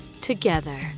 together